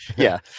yeah.